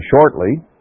shortly